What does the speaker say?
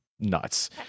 nuts